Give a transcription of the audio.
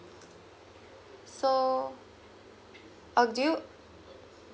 so uh do you